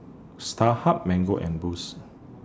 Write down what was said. Starhub Mango and Boost